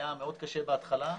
היה מאוד קשה בהתחלה.